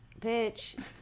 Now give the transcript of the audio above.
Bitch